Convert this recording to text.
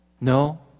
No